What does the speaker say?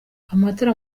amatara